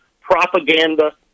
propaganda